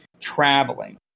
traveling